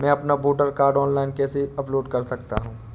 मैं अपना voter card online कैसे अपलोड कर सकता हूँ?